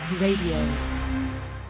Radio